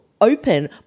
open